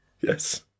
Yes